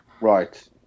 Right